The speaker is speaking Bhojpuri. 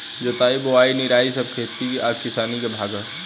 जोताई बोआई निराई सब खेती आ किसानी के भाग हा